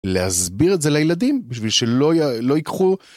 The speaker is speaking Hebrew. להסביר את זה לילדים בשביל שלא יקחו...